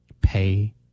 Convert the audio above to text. pay